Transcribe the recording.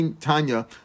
Tanya